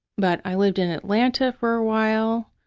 but i lived in atlanta for a while.